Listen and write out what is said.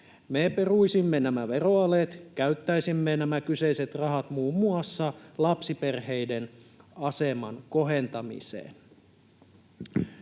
Me peruisimme nämä veroalet. Käyttäisimme nämä kyseiset rahat muun muassa lapsiperheiden aseman kohentamiseen.